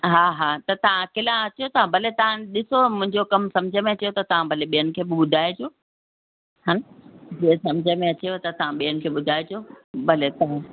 हा हा त तव्हां अकेला अचो था भले तव्हां ॾिसो मुंहिंजो कम सम्झि में अचेव त तव्हां भले ॿियनि खे बि ॿुधाइजो हा जीअं सम्झि में अचेव त तव्हां ॿियनि खे ॿुधाइजो भले तव्हां